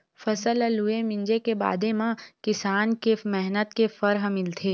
फसल ल लूए, मिंजे के बादे म किसान के मेहनत के फर ह मिलथे